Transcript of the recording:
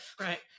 right